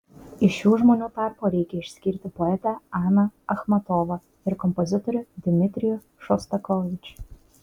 iš šių žmonių tarpo reikia išskirti poetę aną achmatovą ir kompozitorių dmitrijų šostakovičių